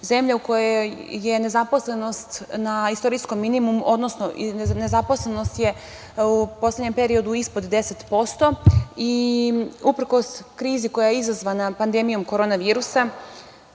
zemlja u kojoj je nezaposlenost na istorijskom minimumu, odnosno nezaposlenost je u poslednjem periodu ispod 10% i uprkos krizi koja je izazvana pandemijom korona virusa